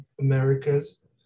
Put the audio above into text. Americas